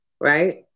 right